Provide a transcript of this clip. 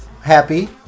happy